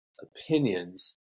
opinions